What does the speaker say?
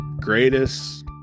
greatest